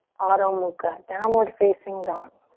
adho mukha, downward facing dog.